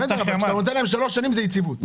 כשאתה נותן להם שלוש שנים, זה יציבות.